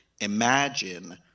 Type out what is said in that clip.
imagine